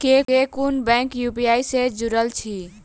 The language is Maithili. केँ कुन बैंक यु.पी.आई सँ जुड़ल अछि?